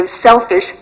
selfish